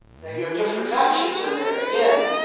now you have different factions in there. again,